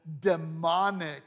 demonic